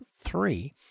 three